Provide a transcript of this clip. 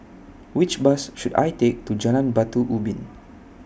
Which Bus should I Take to Jalan Batu Ubin